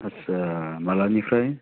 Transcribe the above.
आथसा मालानिफ्राय